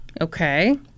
okay